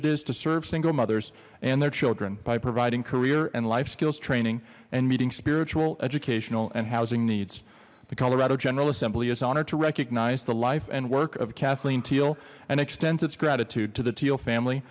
it is to serve single mothers and their children by providing career and life skills training and meeting spiritual educational and housing needs the colorado general assembly is honored to recognize the life and work of kathleen teal and extends its gratitude to the teal family